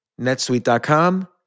netsuite.com